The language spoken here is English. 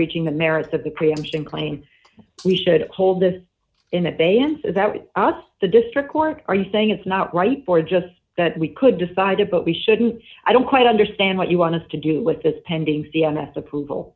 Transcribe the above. reaching the merits of the preemption claim we should hold the in abeyance that it out the district court are you saying it's not right or just that we could decide it but we shouldn't i don't quite understand what you wanted to do with this pending c m s approval